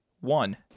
one